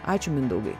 ačiū mindaugai